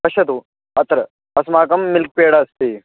पश्यतु अत्र अस्माकं मिल्क् पेडा अस्ति